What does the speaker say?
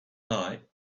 night